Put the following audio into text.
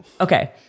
Okay